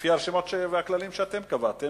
לפי הרשימות והכללים שאתם קבעתם,